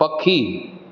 पखी